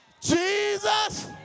Jesus